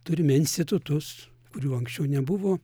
turime institutus kurių anksčiau nebuvo